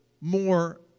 more